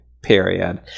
period